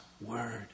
word